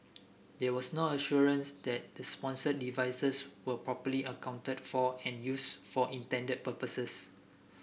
there was no assurance that the sponsored devices were properly accounted for and use for intended purposes